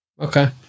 Okay